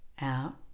out